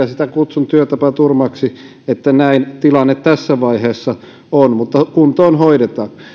sitä kyllä työtapaturmaksi että näin tilanne tässä vaiheessa on mutta kuntoon hoidetaan